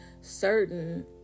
certain